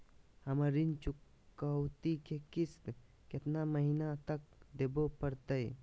हमरा ऋण चुकौती के किस्त कितना महीना तक देवे पड़तई?